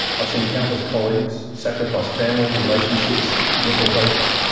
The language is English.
i've seen countless colleagues sacrifice family, relationships, mental health,